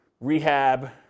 rehab